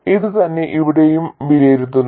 അത് തന്നെയാണ് ഇവിടെയും വിലയിരുത്തുന്നത്